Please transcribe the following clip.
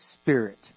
spirit